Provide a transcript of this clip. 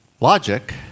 logic